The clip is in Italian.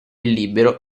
libero